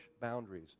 boundaries